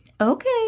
Okay